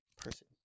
Person